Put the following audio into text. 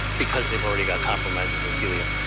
because they've already got compromised endothelium.